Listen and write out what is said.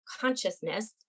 consciousness